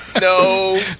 No